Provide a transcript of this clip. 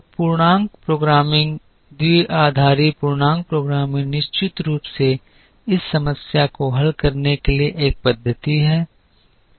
तो पूर्णांक प्रोग्रामिंग द्विआधारी पूर्णांक प्रोग्रामिंग निश्चित रूप से इस समस्या को हल करने के लिए एक पद्धति है